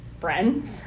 friends